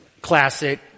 classic